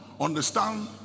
understand